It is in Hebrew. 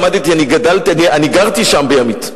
אני למדתי, אני גדלתי, גרתי שם בימית.